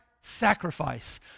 sacrifice